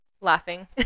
laughing